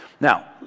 Now